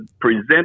present